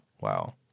Wow